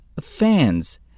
fans